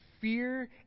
fear